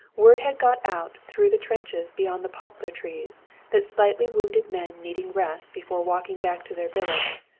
word had gone out through the trenches beyond the poplar trees that slightly wounded men needing rest before walking back to their billets,